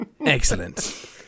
Excellent